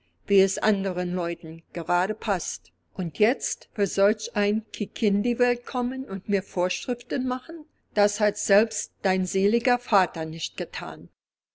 wie es anderen leuten gerade paßte und jetzt will solch ein kiekindiewelt kommen und mir vorschriften machen das hat selbst dein seliger vater nicht gethan